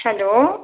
hello